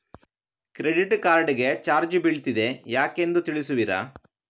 Credit card ಗೆ charge ಬೀಳ್ತಿದೆ ಯಾಕೆಂದು ತಿಳಿಸುತ್ತೀರಾ?